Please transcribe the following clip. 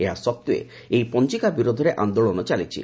ଏହା ସତ୍ତ୍ୱେ ମଧ୍ୟ ଏହି ପଞ୍ଜିକା ବିରୋଧରେ ଆନ୍ଦୋଳନ ଚାଲିଛି